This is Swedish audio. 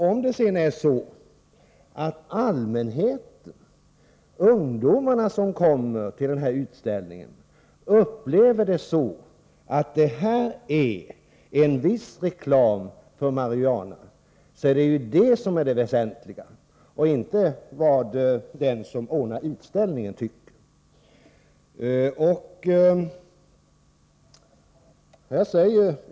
Om det är så att allmänheten och de ungdomar som kommer till utställningen upplever den som en viss reklam för marijuana, är det detta som är det väsentliga och inte vad den som har ordnat utställningen tycker.